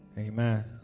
Amen